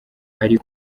ari